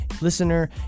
Listener